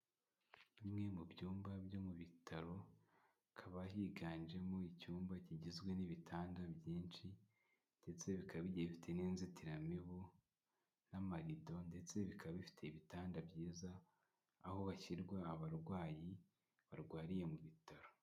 Bimwe mu byumba byo mu bitaro hakaba higanjemo icyumba kigizwe n'ibitanda byinshi ndetse bikaba bigiye bifite n'inzitiramibu n'amarido ndetse bikaba bifite ibitanda byiza aho bashyira abarwayi barwariye mu bitaro.